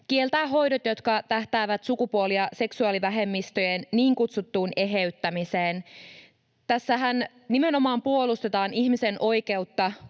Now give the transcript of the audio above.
kieltää hoidot, jotka tähtäävät sukupuoli- ja seksuaalivähemmistöjen niin kutsuttuun eheyttämiseen. Tässähän nimenomaan puolustetaan ihmisen oikeutta